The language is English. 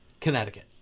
Connecticut